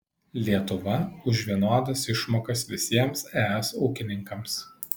lietuva už vienodas išmokas visiems es ūkininkams